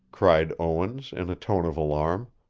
cried owens in a tone of alarm.